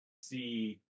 see